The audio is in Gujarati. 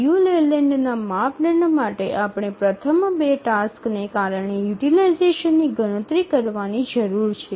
લિયુ લેલેન્ડના માપદંડ માટે આપણે પ્રથમ ૨ ટાસ્કને કારણે યુટીલાઈઝેશનની ગણતરી કરવાની જરૂર છે